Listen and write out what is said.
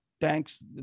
Thanks